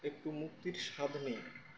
একটু মুক্তির স্বাদ নিই